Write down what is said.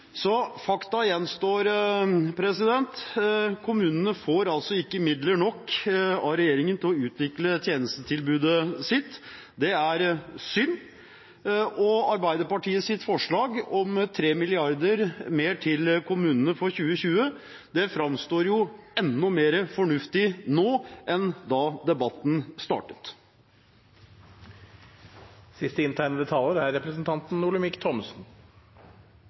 Fakta gjenstår: Kommunene får ikke nok midler av regjeringen til å utvikle tjenestetilbudet sitt. Det er synd, og Arbeiderpartiets forslag om 3 mrd. kr mer til kommunene for 2020 framstår enda mer fornuftig nå enn da debatten startet.